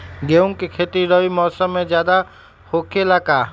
गेंहू के खेती रबी मौसम में ज्यादा होखेला का?